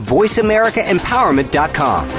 VoiceAmericaEmpowerment.com